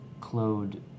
Claude